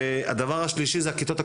הדבר השלישי זה הכיתות הקטנות.